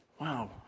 wow